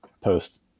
post